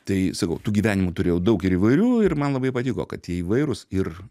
tai sakau tų gyvenimų turėjau daug ir įvairių ir man labai patiko kad jie įvairūs ir